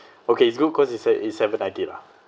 okay it's good cause it's se~ it's seven ninety lah